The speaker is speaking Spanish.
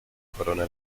corona